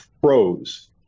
froze